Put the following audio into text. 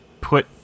put